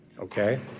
okay